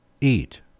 eat